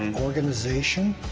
organization,